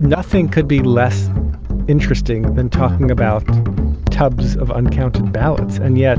nothing could be less interesting than talking about tubs of uncounted ballots. and yet